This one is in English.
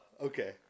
okay